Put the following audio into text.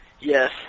Yes